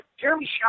Jeremy